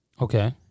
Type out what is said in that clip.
Okay